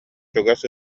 чугас